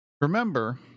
Remember